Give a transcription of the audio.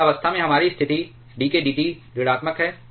उस अवस्था में हमारी स्थिति dk dT ऋणात्मक है